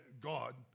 God